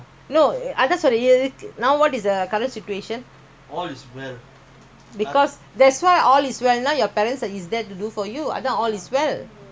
no lah I didn't ask you that ya worse than that now ya that day I pay for you your driving